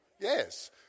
Yes